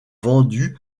vendue